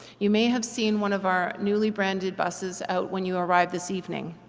you may have seen one of our newly-branded buses out when you arrived this evening.